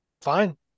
Fine